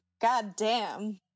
goddamn